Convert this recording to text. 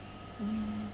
mm